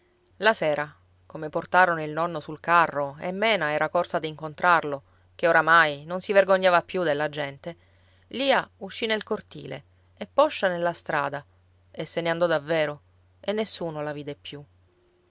la sera come portarono il nonno sul carro e mena era corsa ad incontrarlo che oramai non si vergognava più della gente lia uscì nel cortile e poscia nella strada e se ne andò davvero e nessuno la vide più